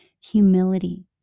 humility